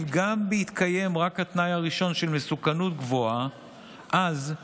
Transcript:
גם בהתקיים רק התנאי הראשון של מסוכנות גבוהה יהא